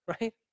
Right